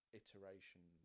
iteration